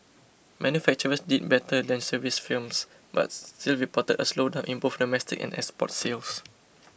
manufacturers did better than services firms but still reported a slowdown in both domestic and export sales